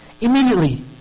Immediately